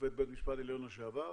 שופט בית משפט עליון לשעבר,